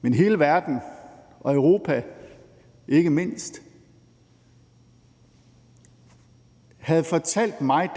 men hele verden og ikke mindst Europa, havde fortalt mig,